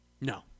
No